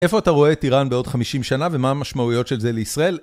איפה אתה רואה טיראן בעוד 50 שנה ומה המשמעויות של זה לישראל?